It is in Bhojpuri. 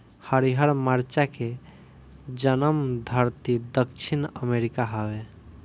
हरिहर मरचा के जनमधरती दक्षिण अमेरिका हवे